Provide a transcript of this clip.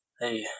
Hey